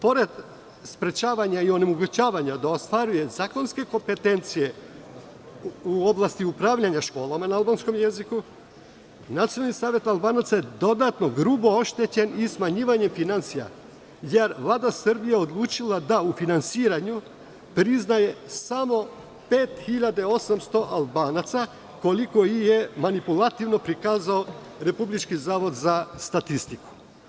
Pored sprečavanja i onemogućavanja da ostvaruje zakonske kompetencije u oblasti upravljanja školama na albanskom jeziku, Nacionalni savet Albanaca je dodatno grubo oštećen i smanjivanjem finansija, jer Vlada Srbije je odlučila da u finansiranju priznaje samo 5.800 Albanaca, koliko ih je manipulativno prikazao Republički zavod za statistiku.